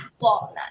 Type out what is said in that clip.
walnut